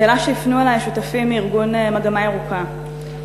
שאלה שהפנו אלי שותפים מארגון "מגמה ירוקה".